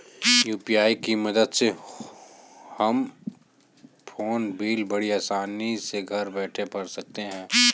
UPI की मदद से हम फ़ोन बिल बड़ी आसानी से घर बैठे भर सकते हैं